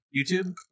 YouTube